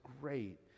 great